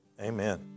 Amen